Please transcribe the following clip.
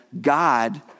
God